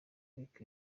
lick